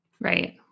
Right